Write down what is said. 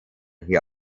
hier